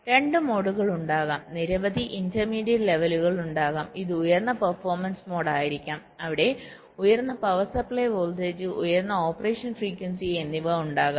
അതിനാൽ രണ്ട് മോഡുകൾ ഉണ്ടാകാം നിരവധി ഇന്റർമീഡിയറ്റ് ലെവലുകൾ ഉണ്ടാകാം ഇത് ഉയർന്ന പെർഫോമൻസ് മോഡ് ആയിരിക്കാം അവിടെ ഉയർന്ന പവർ സപ്ലൈ വോൾട്ടേജ് ഉയർന്ന ഓപ്പറേഷൻ ഫ്രീക്യുൻസി എന്നിവ ഉണ്ടാകാം